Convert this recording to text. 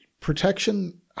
protection